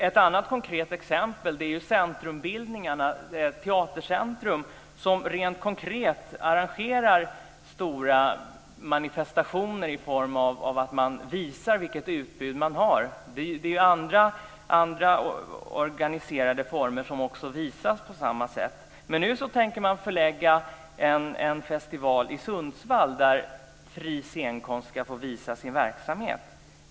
Ett annat konkret exempel är centrumbildningar, teatercentrum, som arrangerar stora manifestationer och visar vilket utbud man har. Det är andra organiserade former som också visas på samma sätt. Nu tänker man förlägga en festival till Sundsvall där fri scenkonst ska få visa sin verksamhet.